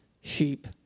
sheep